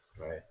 right